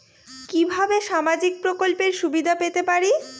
কিভাবে সামাজিক প্রকল্পের সুবিধা পেতে পারি?